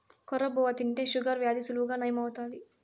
కొర్ర బువ్వ తింటే షుగర్ వ్యాధి సులువుగా నయం అవుతాది